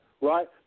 right